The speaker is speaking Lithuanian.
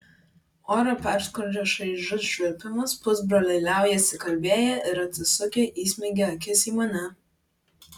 orą perskrodžia šaižus švilpimas pusbroliai liaujasi kalbėję ir atsisukę įsmeigia akis į mane